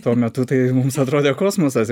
tuo metu tai mums atrodė kosmosas